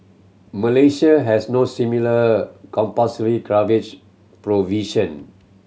Malaysia has no similar compulsory coverage provision